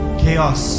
chaos